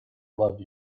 love